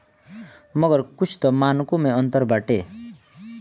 मगर कुछ तअ मानको मे अंतर बाटे